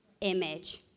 image